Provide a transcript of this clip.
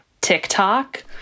TikTok